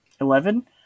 Eleven